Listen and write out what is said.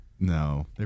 No